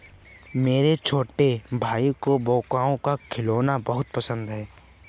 मेरे छोटे भाइयों को बैकहो का खिलौना बहुत पसंद है